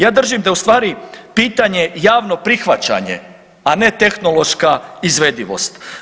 Ja držim da je u stvari pitanje javno prihvaćanje, a ne tehnološka izvedivost.